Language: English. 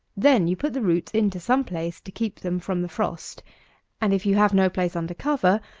then you put the roots into some place to keep them from the frost and, if you have no place under cover,